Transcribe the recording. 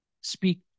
speak